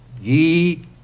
ye